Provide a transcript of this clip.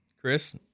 Chris